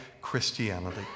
Christianity